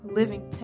living